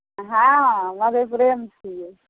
हँ मधेपुरेमे छिए